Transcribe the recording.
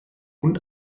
und